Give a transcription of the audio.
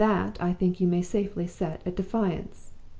and that i think you may safely set at defiance.